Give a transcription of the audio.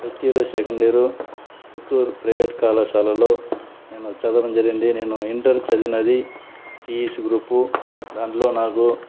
first year second year Puttur private కళాశాలలో నేను చదవడం జరిగింది నేను ఇంటర్ చదివినది సీఈసీ గ్రూపు దాంట్లో నాకు